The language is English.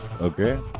Okay